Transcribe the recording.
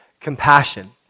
compassion